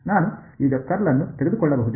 ನಾನು ಈಗ ಕರ್ಲ್ ನ್ನು ತೆಗೆದುಕೊಳ್ಳಬಹುದೇ